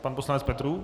Pan poslanec Petrů.